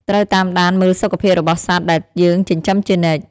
ត្រូវតាមដានមើលសុខភាពរបស់សត្វដែលយើងចិញ្ចឹមជានិច្ច។